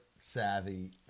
savvy